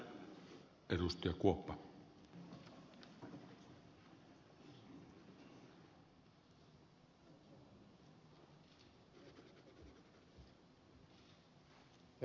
herra puhemies